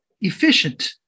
efficient